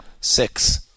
six